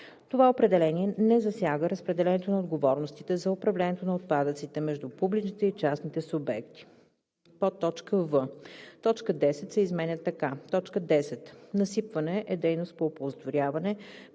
Това определение не засяга разпределението на отговорностите за управлението на отпадъците между публичните и частните субекти.“; в) точка 10 се изменя така: „10. „Насипване“ е дейност по оползотворяване,